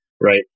right